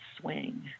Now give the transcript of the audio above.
swing